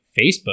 facebook